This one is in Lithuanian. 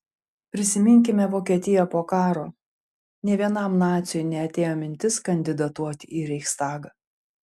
prisiminkime vokietiją po karo nė vienam naciui neatėjo mintis kandidatuoti į reichstagą